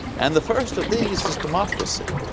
and the first of these is democracy.